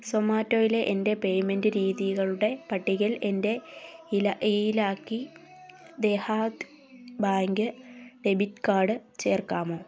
സൊമാറ്റോയിലെ എൻ്റെ പേയ്മെൻറ്റ് രീതികളുടെ പട്ടികയിൽ എൻ്റെ Ellaquai Dehati bank debit card ചേർക്കാമോ